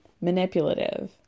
manipulative